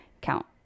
count